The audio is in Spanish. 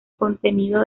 contenido